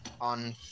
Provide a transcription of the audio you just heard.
on